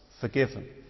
forgiven